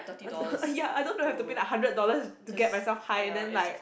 ya I don't have to pay like hundred dollars to get myself high and then like